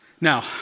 Now